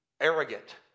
arrogant